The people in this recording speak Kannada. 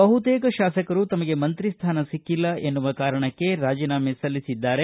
ಬಹುತೇಕ ಶಾಸಕರು ತಮಗೆ ಮಂತ್ರಿ ಸ್ಥಾನ ಸಿಕ್ಕಲ್ಲ ಎನ್ನುವ ಕಾರಣಕ್ಕೆ ರಾಜೀನಾಮೆ ಸಲ್ಲಿಸಿದ್ದಾರೆ